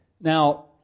Now